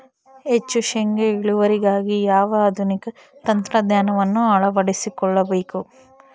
ಹೆಚ್ಚು ಶೇಂಗಾ ಇಳುವರಿಗಾಗಿ ಯಾವ ಆಧುನಿಕ ತಂತ್ರಜ್ಞಾನವನ್ನು ಅಳವಡಿಸಿಕೊಳ್ಳಬೇಕು?